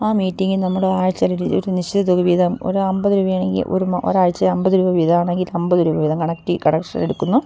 ആ മീറ്റിങ്ങില് നമ്മുടെ ആഴ്ചയിലൊരു ഒരു നിശ്ചിത തുക വീതം ഒരമ്പത് രൂപയാണെങ്കില് ഒരു ഒരാഴ്ചയില് അമ്പത് രൂപ വീതമാണെങ്കിൽ അമ്പത് രൂപ വീതം കളക്ഷനെടുക്കുന്നു